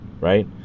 right